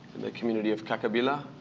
in the community of kakabila.